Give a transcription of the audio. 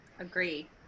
agree